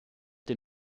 den